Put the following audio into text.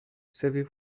savez